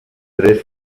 tres